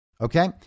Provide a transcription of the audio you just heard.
Okay